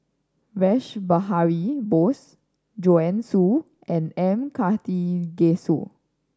Rash Behari Bose Joanne Soo and M Karthigesu